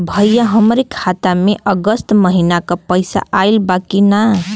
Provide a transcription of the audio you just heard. भईया हमरे खाता में अगस्त महीना क पैसा आईल बा की ना?